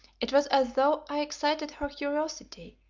it was as though i excited her curiosity,